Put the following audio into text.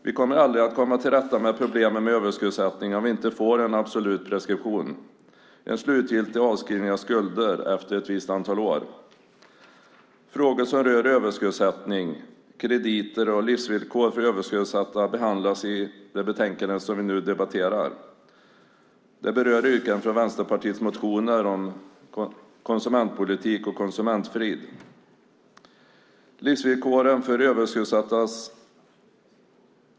Vi kommer aldrig att komma till rätta med problemen med överskuldsättning om vi inte får en absolut preskription, en slutgiltig avskrivning av skulder, efter ett visst antal år. Frågor som rör överskuldsättning, krediter och livsvillkor för överskuldsatta behandlas i det betänkande som vi nu debatterar. Det berör yrkanden från Vänsterpartiets motioner om konsumentpolitik och konsumentfrid.